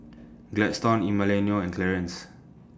Gladstone Emiliano and Clarance